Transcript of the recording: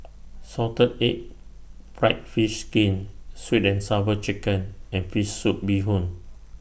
Salted Egg Fried Fish Skin Sweet and Sour Chicken and Fish Soup Bee Hoon